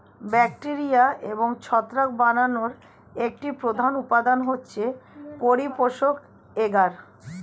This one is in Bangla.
ব্যাকটেরিয়া এবং ছত্রাক বানানোর একটি প্রধান উপাদান হচ্ছে পরিপোষক এগার